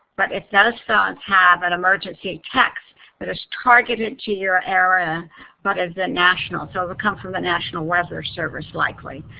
but if those phones have an emergency ah text that is targeted to your area but it is ah national, so it will come from the national weather service, likely,